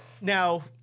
now